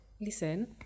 Listen